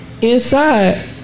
Inside